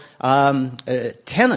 tenant